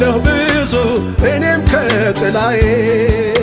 know it